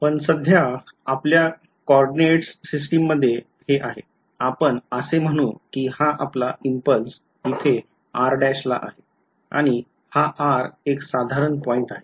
पण सध्या आपल्या कोऑर्डिनेट्स सिस्टिम मध्ये हे आहे आपण असे म्हणू कि हा आपला इम्पल्स इथे r' ला आहे आणि हा r एक साधारण पॉईंट आहे